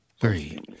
Three